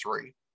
three